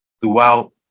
throughout